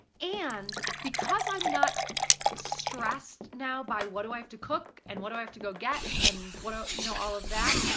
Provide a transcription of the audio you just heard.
and, because i'm not stressed now by what do i have to cook? and what do i have to go get? and ah you know all of that,